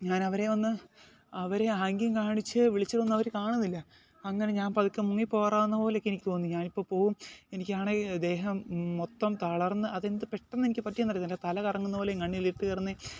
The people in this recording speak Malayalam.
ഞാൻ അവരെയൊന്ന് അവരെ ആംഗ്യം കാണിച്ച് വിളിച്ചതൊന്നും അവർ കാണുന്നില്ല അങ്ങനെ ഞാൻ പതുക്കെ മുങ്ങി പോവാറാവുന്ന പോലെ ഒക്കെ എനിക്ക് തോന്നി ഞാൻ ഇപ്പംപ്പോവും എനിക്കാണെ ദേഹം മൊത്തം തളർന്ന് അതെന്ത് പെട്ടെന്ന് എനിക്ക് പറ്റിയത് എന്നറിയത്തില്ല തലകറങ്ങുന്ന പോലെയും കണ്ണിൽ ഇരുട്ട് കേറുന്നതും